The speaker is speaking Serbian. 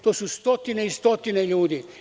To su stotine i stotine ljudi.